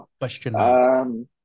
Question